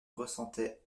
ressentait